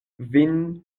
vin